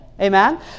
Amen